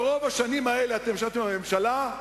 ברוב השנים האלה ישבתם בממשלה,